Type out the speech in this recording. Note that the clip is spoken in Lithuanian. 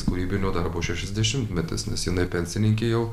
kūrybinio darbo šešiasdešimtmetis nes jinai pensininkė jau